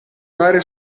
dare